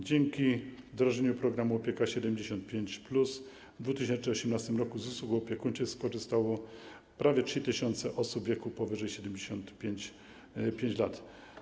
Dzięki wdrożeniu programu „Opieka 75+” w 2018 r. z usług opiekuńczych skorzystały prawie 3 tys. osób w wieku powyżej 75 lat.